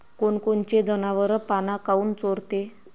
कोनकोनचे जनावरं पाना काऊन चोरते?